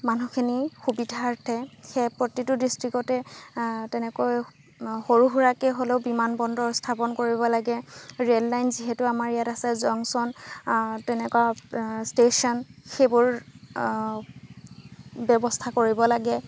মানুহখিনি সুবিধাৰ্থে সেয়া প্ৰতিটো ডিষ্ট্ৰিক্টতে তেনেকৈ সৰু সুৰাকৈ হ'লেও বিমানবন্দৰ স্থাপন কৰিব লাগে ৰে'ল লাইন যিহেতু আমাৰ ইয়াত আছে জংচন তেনেকুৱা ষ্টেশ্যন সেইবোৰ ব্যৱস্থা কৰিব লাগে